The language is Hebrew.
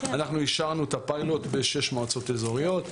את הפיילוט בשש מועצות אזוריות.